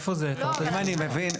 אם אני מבין,